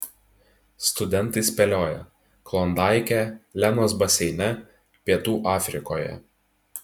studentai spėlioja klondaike lenos baseine pietų afrikoje